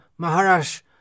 maharash